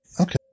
Okay